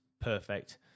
Perfect